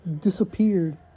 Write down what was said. disappeared